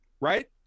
right